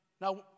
Now